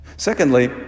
Secondly